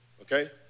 okay